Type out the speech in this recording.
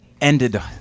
ended